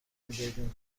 میدادیم